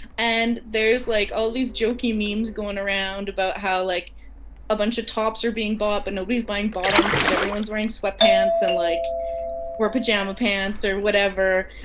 and there's like all these jokey memes going around about how like a bunch of tops are being bought but nobody's buying bottoms cause everyone's wearing sweatpants and like wear pajama pants or whatever.